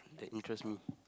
that interest me